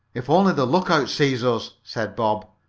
if only the lookout sees us, said bob.